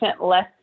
less